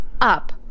up